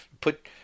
put